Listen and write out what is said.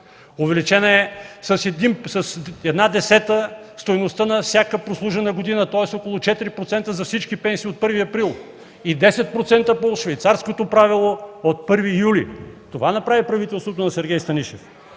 увеличена е с една десета стойността на всяка прослужена година, тоест с около 4% за всички пенсии от 1 април, и 10% – по Швейцарското правило, от 1 юли. Това направи правителството на Сергей Станишев.